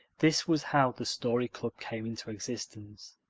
this was how the story club came into existence.